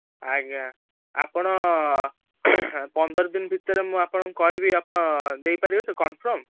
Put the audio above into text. ଆଜ୍ଞା ଆପଣ ପନ୍ଦର ଦିନ ଭିତରେ ମୁଁ ଆପଣଙ୍କୁ କହିବି ଆପଣ ଦେଇପାରିବେ ତ କନଫର୍ମ୍